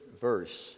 verse